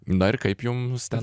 na ir kaip jums ten